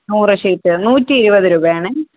നൂറ് ഷീറ്റ് നൂറ്റിയിരുപത് രൂപയാണ്